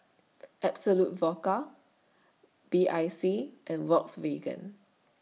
Absolut Vodka B I C and Volkswagen